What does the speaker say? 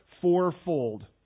fourfold